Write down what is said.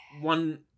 one